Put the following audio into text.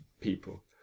people